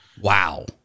Wow